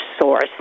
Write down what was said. source